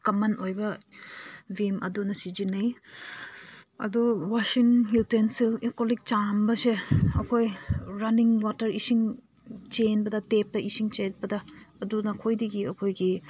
ꯀꯃꯟ ꯑꯣꯏꯕ ꯚꯤꯝ ꯑꯗꯨꯅ ꯁꯤꯖꯤꯟꯅꯩ ꯑꯗꯣ ꯋꯥꯁꯤꯡ ꯌꯨꯇꯦꯟꯁꯤꯜ ꯀꯣꯜ ꯂꯤꯛ ꯆꯥꯝꯕꯁꯦ ꯑꯩꯈꯣꯏ ꯔꯟꯅꯤꯡ ꯋꯥꯇꯔ ꯏꯁꯤꯡ ꯆꯦꯟꯕꯗ ꯇꯦꯞꯇ ꯏꯁꯤꯡ ꯆꯦꯟꯕꯗ ꯑꯗꯨ ꯅꯈꯣꯏꯗꯒꯤ ꯑꯩꯈꯣꯏꯒꯤ